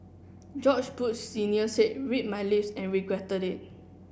George Bush Senior said read my lips and regretted it